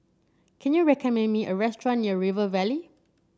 can you recommend me a restaurant near River Valley